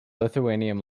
lithuanian